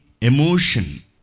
emotion